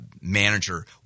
manager